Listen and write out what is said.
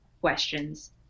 questions